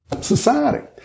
society